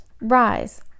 Rise